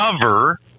cover